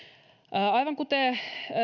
aivan kuten